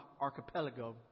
Archipelago